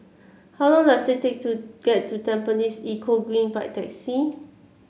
how long does it take to get to Tampines Eco Green by taxi